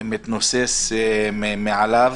מתנוסס מעליו.